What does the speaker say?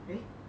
eh